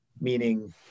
meaning